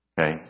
Okay